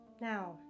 Now